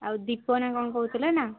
ଆଉ ଦୀପ ନା କ'ଣ କହୁଥିଲେ ନା